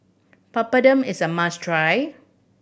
papadum is a must try